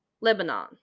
Lebanon